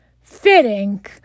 fitting